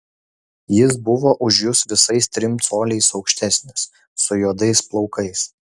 jis buvo už jus visais trim coliais aukštesnis su juodais plaukais